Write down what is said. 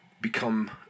become